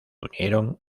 unieron